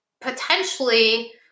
potentially